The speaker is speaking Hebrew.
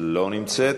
לא נמצאת.